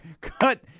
cut